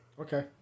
Okay